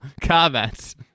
comments